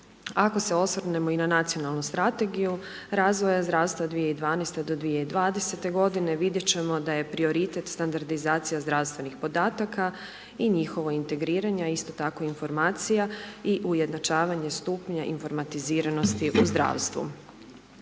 Ako se osvrnemo i na nacionalnu strategiju razvoja zdravstva 2012.-2020. g. vidjet ćemo da je prioritet standardizacija zdravstvenih podataka i njihovo integriranje, a isto tako informacija i ujednačavanje stupnja informatiziranosti u zdravstvu.